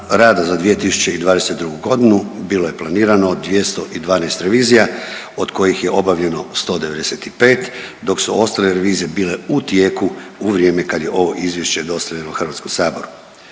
rada za 2022.g. bilo je planirano 212 revizija od kojih je obavljeno 195 dok su ostale revizije bile u tijeku u vrijeme kad je ovo izvješće dostavljeno HS-u. Također